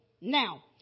Now